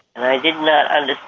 i did not and